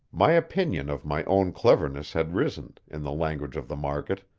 my opinion of my own cleverness had risen, in the language of the market,